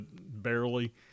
barely